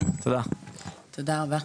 תודה רבה,